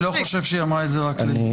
אני לא חושב שהיא אמרה את זה רק לי.